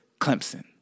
Clemson